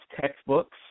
textbooks